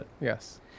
Yes